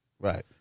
Right